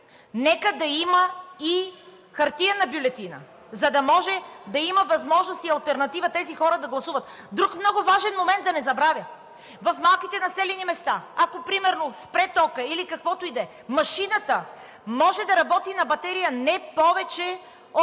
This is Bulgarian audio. нека да има и хартиена бюлетина, за да може да има възможност и алтернатива тези хора да гласуват. Да не забравя друг много важен момент. В малките населени места, ако примерно спре токът, или каквото и да е, машината може да работи на батерия не повече от